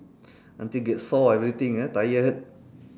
until get sore everything ah tired